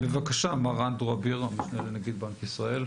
בבקשה, מר אנדרו אביר, המשנה לנגיד בנק ישראל.